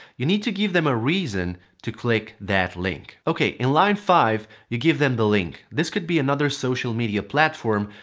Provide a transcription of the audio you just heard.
you need to give them a reason to click that link. ok, in line five, you give them the link. this could be another social media platform,